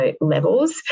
levels